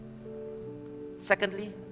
Secondly